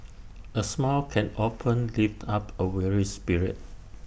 A smile can often lift up A weary spirit